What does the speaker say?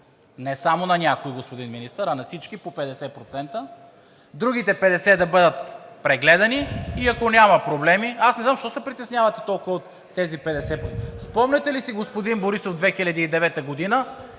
Не само на някои, господин Министър, а на всички по 50%. Другите 50 да бъдат прегледани и ако няма проблеми… Аз не знам защо се притеснявате толкова от тези 50? Спомняте ли си господин Борисов 2009 г.,